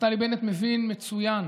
נפתלי בנט מבין מצוין